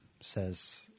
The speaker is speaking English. says